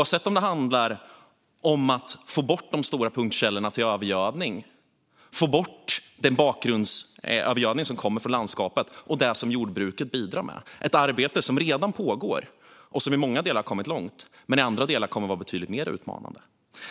Det kan handla om att få bort de stora punktkällorna för övergödning och om att få bort den bakgrundsövergödning som kommer från landskapet och det som jordbruket bidrar med. Det är ett arbete som redan pågår och som i många delar har kommit långt men som i andra delar kommer att bli betydligt mer utmanande.